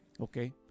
okay